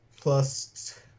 plus